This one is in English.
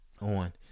on